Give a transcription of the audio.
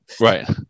Right